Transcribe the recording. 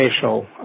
facial